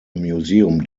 museum